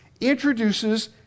introduces